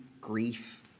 grief